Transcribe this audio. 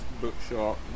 bookshop